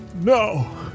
No